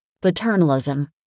Paternalism